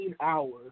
hours